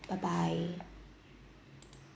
bye bye